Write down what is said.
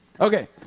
Okay